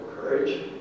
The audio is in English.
courage